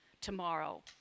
tomorrow